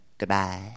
Goodbye